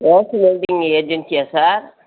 case welding ஏஜென்சியா sir